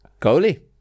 Goalie